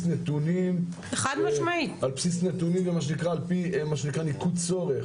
נתונים ועל פי מה שנקרא ניקוד צורך.